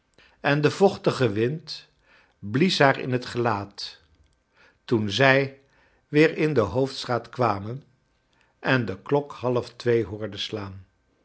en de vochtige wind blies liaar in het gelaat toen zij weer in de hoofdstraat kwamen en de klok half twee hoorden slaan